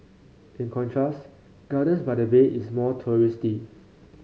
in contrast gardens by the bay is more touristy